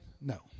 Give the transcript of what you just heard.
No